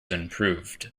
improved